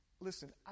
listen